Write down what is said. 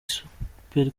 super